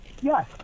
yes